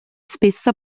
spessa